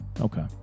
Okay